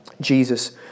Jesus